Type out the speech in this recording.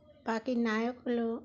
পাখির নায়ক হলো